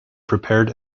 prepared